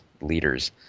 leaders